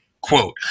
quote